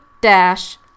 dash